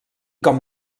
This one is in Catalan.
com